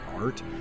art